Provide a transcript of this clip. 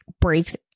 breaks